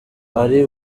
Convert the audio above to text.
ari